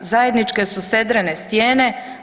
Zajedničke su sedrene stijene.